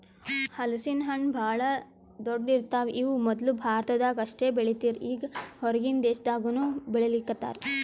ಹಲಸಿನ ಹಣ್ಣ್ ಭಾಳ್ ದೊಡ್ಡು ಇರ್ತವ್ ಇವ್ ಮೊದ್ಲ ಭಾರತದಾಗ್ ಅಷ್ಟೇ ಬೆಳೀತಿರ್ ಈಗ್ ಹೊರಗಿನ್ ದೇಶದಾಗನೂ ಬೆಳೀಲಿಕತ್ತಾರ್